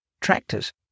tractors